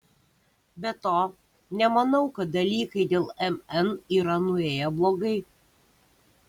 be to nemanau kad dalykai dėl mn yra nuėję blogai